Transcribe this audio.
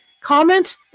Comment